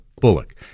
Bullock